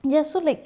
ya so like